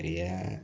ഒരു